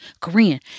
Korean